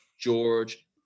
George